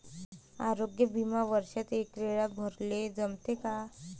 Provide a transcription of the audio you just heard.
आरोग्य बिमा वर्षात एकवेळा भराले जमते का?